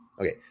Okay